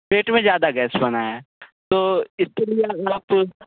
पेट में ज़्यादा गैस बना है तो इसके लिए आप